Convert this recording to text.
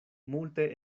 multe